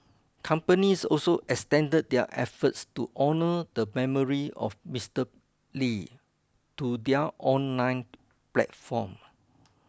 companies also extended their efforts to honour the memory of Mister Lee to their online platforms